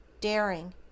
daring